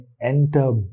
enter